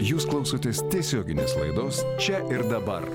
jūs klausotės tiesioginės laidos čia ir dabar